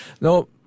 no